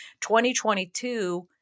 2022